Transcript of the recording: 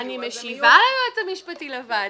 אני משיבה ליועץ המשפטי לוועדה.